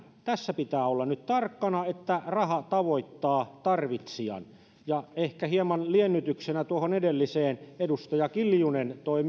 tässä pitää olla nyt tarkkana että raha tavoittaa tarvitsijan ja ehkä hieman liennytyksenä tuohon edelliseen myös edustaja kiljunen toi